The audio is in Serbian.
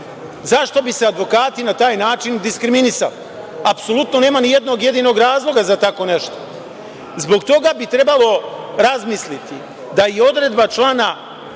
Zašto bi se advokati na taj način diskriminisali? Apsolutno nema ni jednog jedinog razloga za tako nešto. Zbog toga bi trebalo razmisliti da i odredba člana,